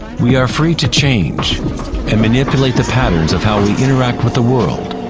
we are free to change and manipulate the patterns of how we interact with the world.